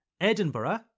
Edinburgh